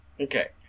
Okay